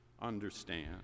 understand